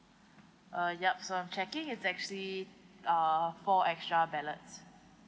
uh yup so I'm checking is actually uh four extra ballots